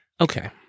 Okay